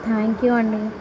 thank you అండి